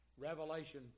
Revelation